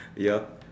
ya